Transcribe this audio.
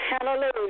Hallelujah